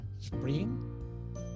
spring